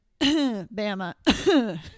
Bama